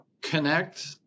connect